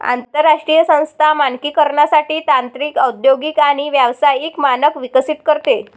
आंतरराष्ट्रीय संस्था मानकीकरणासाठी तांत्रिक औद्योगिक आणि व्यावसायिक मानक विकसित करते